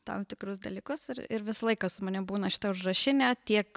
tam tikrus dalykus ir ir visą laiką su manim būna šita užrašinė tiek